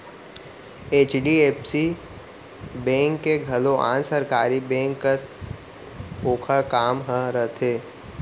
HDFC bank के घलौ आन सरकारी बेंक कस ओकर काम ह रथे